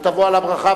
ותבוא על הברכה,